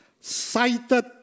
cited